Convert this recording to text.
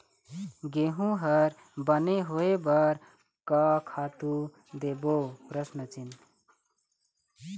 गेहूं हर बने होय बर का खातू देबो?